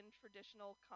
traditional